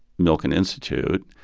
milken institute.